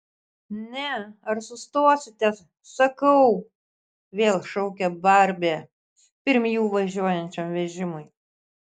ne ar sustosite sakau vėl šaukia barbė pirm jų važiuojančiam vežimui